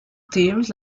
themes